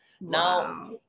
now